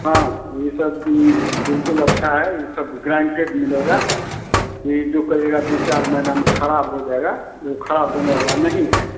हाँ इस सब बिल्कुल अच्छा है ये सब ग्रानटेड मिलेगा ये जो पड़ेगा दो चार महीना में खराब हो जाएगा वो खराब होने वला नहीं है